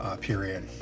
period